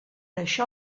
això